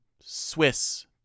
Swiss